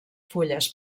fulles